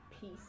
peace